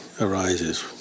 arises